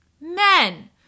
men